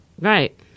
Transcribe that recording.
Right